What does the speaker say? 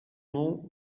know